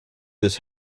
this